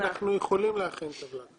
אנחנו יכולים להכין טבלה כזאת.